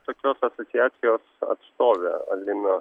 tokios asociacijos atstovė alina